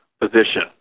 position